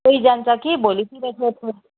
कोही जान्छ कि भोलितिर सोधौँ